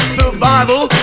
survival